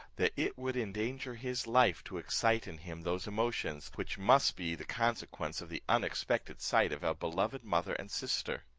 that it would endanger his life to excite in him those emotions, which must be the consequence of the unexpected sight of a beloved mother and sister.